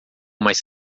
mais